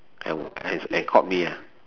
and and and called me ah